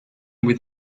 with